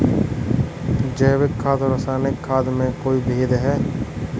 जैविक खाद और रासायनिक खाद में कोई भेद है?